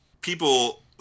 People